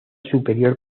superior